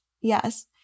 yes